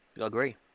agree